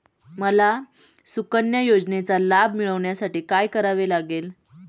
मला सुकन्या योजनेचा लाभ मिळवण्यासाठी काय करावे लागेल?